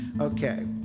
Okay